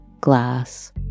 glass